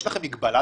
יש לכם מגבלה,